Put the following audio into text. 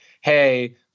hey